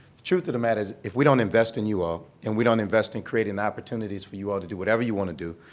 the truth of the matter is if we don't invest in you all, and we don't invest in creating opportunities for you all to do whatever you want to do,